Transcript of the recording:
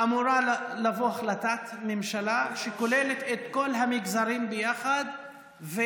אמורה לבוא החלטת ממשלה שכוללת את כל המגזרים ביחד.